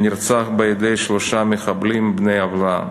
שנרצח בידי שלושה מחבלים בני-עוולה.